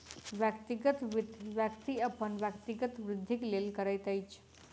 व्यक्तिगत वित्त, व्यक्ति अपन व्यक्तिगत वृद्धिक लेल करैत अछि